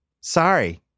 Sorry